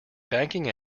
banking